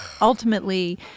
ultimately